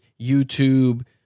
YouTube